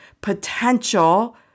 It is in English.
potential